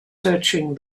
searching